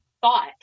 thought